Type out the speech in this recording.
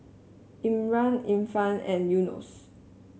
Imran Irfan and Yunos